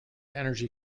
energy